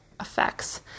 effects